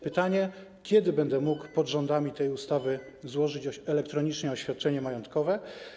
Pytanie: Kiedy będę mógł pod rządami tej ustawy złożyć elektronicznie oświadczenie majątkowe?